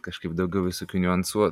kažkaip daugiau visokių niuansų